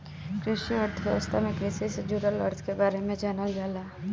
कृषि अर्थशास्त्र में कृषि से जुड़ल अर्थ के बारे में जानल जाला